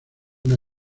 una